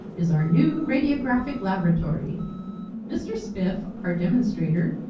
is our new radiographic laboratory mr. spiff, our demonstrator,